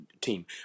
team